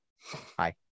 Hi